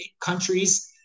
countries